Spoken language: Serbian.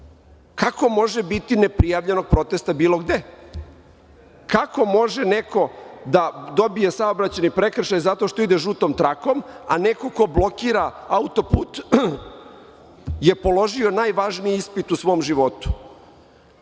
Kako može biti ne prijavljenog protesta bilo gde? Kako može neko da dobije saobraćajni prekršaj zato što ide žutom trakom, a neko ko blokira autoput je položio najvažniji ispit u svom životu? Zato,